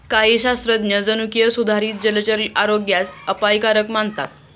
काही शास्त्रज्ञ जनुकीय सुधारित जलचर आरोग्यास अपायकारक मानतात